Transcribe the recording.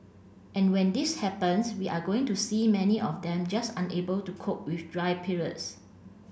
and when this happens we are going to see many of them just unable to cope with dry periods